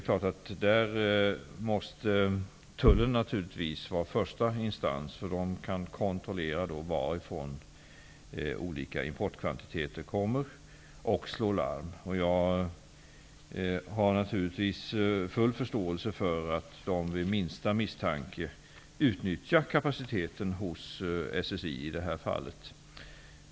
Tullen måste då vara den första instansen, eftersom tullen kan kontrollera varifrån olika importerade kvantiteter virke kommer. Tullen kan också slå larm. Jag har full förståelse för att man inom tullen, vid minta misstanke, utnyttjar SSI:s kapacitet i sådana här fall.